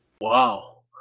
Wow